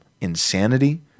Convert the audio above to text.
insanity